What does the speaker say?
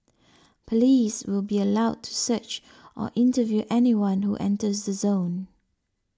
police will be allowed to search or interview anyone who enters the zone